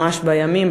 ממש בימים,